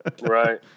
Right